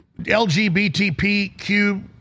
LGBTQ